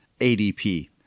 ADP